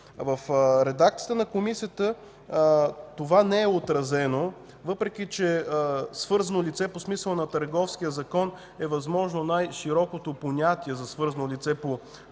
В редакцията на Комисията това не е отразено, въпреки че свързано лице по смисъла на Търговския закон е възможно най-широкото понятие за свързано лице по нашето